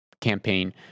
campaign